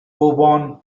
bourbon